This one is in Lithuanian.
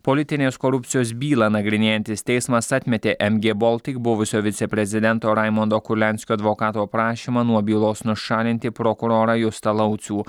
politinės korupcijos bylą nagrinėjantis teismas atmetė mg baltic buvusio viceprezidento raimondo kurlianskio advokato prašymą nuo bylos nušalinti prokurorą justą laucių